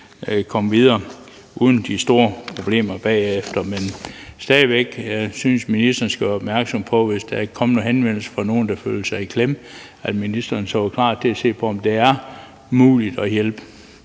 komme videre uden de store problemer bagefter. Men jeg synes stadig væk, at ministeren skal være opmærksom på det, hvis der kommer henvendelser fra nogle, der føler sig i klemme, og være klar til at se på, om det er muligt at hjælpe